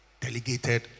delegated